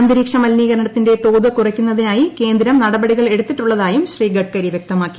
അന്തരീക്ഷ മലിനീകരണത്തിന്റെ തോത് കൂറ്റയ്ക്കുന്നതിനായി കേന്ദ്രം നടപടികൾ എടുത്തിട്ടുള്ളതായും ശ്രീ ഗ്ന്ധ്കരി വ്യക്തമാക്കി